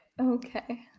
Okay